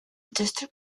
district